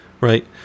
right